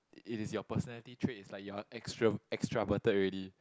it is your personality traits it's like you are extra extroverted already